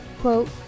quote